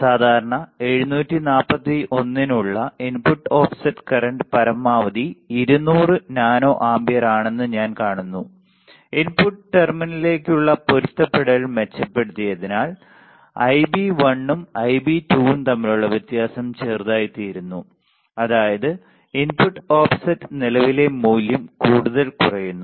സാധാരണ 741 നുള്ള input offset current പരമാവധി 200 നാനോ ആമ്പിയർ ആണെന്ന് ഞാൻ കാണുന്നു ഇൻപുട്ട് ടെർമിനലുകളിലേക്കുള്ള പൊരുത്തപ്പെടുത്തൽ മെച്ചപ്പെടുത്തി യതിനാൽ ഐബി 1 ഉം ഐബി 2 ഉം തമ്മിലുള്ള വ്യത്യാസം ചെറുതായിത്തീരുന്നു അതായത് ഇൻപുട്ട് ഓഫ്സെറ്റ് നിലവിലെ മൂല്യം കൂടുതൽ കുറയുന്നു